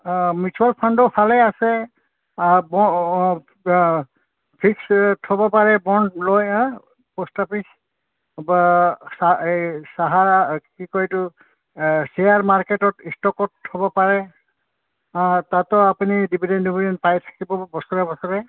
অঁ মিউচুৱেল ফাণ্ডো ভালেই আছে ফিক্স থ'ব পাৰে বন্ড লয় পষ্ট অফিচ বা এই চাহাৰা কি কয় এইটো শ্বেয়াৰ মাৰ্কেটত ষ্টকত থ'ব পাৰে তাতো আপুনি ডিভিডেণ্ট ডিভিডেণ্ট পাই থাকিব বছৰে বছৰে